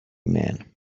man